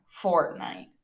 Fortnite